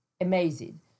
amazing